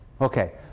Okay